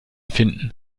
finden